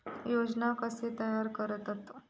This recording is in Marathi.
योजना कशे तयार करतात?